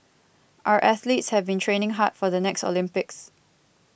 our athletes have been training hard for the next Olympics